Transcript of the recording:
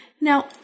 Now